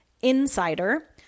insider